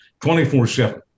24/7